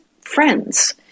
friends